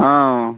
ହଁ